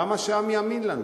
למה שהעם יאמין לנו?